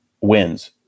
wins